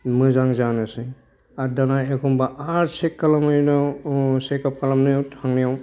मोजां जानोसै आर दाना एखम्बा आरो चेक खालामनायनि उनाव चेकाप खालामनायाव थांनायाव